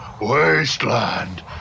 wasteland